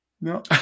No